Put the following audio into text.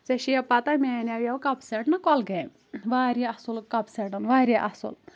ژےٚ چھِ یا پتہ مےٚ انیو یوٕ کپ سیٚٹ نہ کۄلگامہِ واریاہ اصل کپ سیٚٹن واریاہ اصل